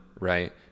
right